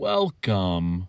Welcome